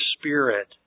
spirit